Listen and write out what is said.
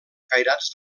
cairats